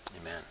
Amen